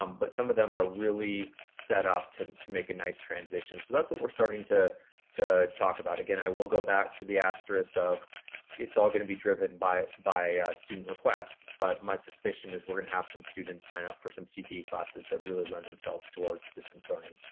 um but some of them are really set up to to make a nice transition. so that's what we're starting to to talk about. again, i will go back to the asterisks of it's all gonna be driven by by a student request. but my suspicion is we're gonna have some students sign up for some cte classes that really lend themselves towards distance learning.